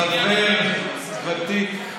חבר ותיק,